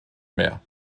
mehr